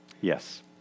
yes